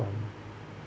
pri~